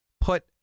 put